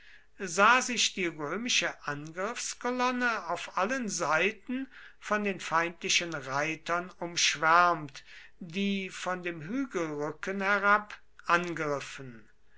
sah sich die römische angriffskolonne auf allen seiten von den feindlichen reitern umschwärmt die von dem hügelrücken herab angriffen